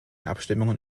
abstimmungen